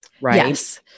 right